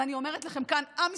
אבל אני אומרת לכם כאן, עם ישראל,